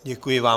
Děkuji vám.